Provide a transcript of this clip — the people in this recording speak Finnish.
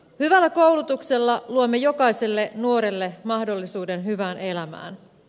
hyvällä koulutuksella luomme jokaiselle nuorelle mahdollisuuden hyvään elämään